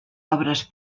obres